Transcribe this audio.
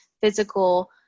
physical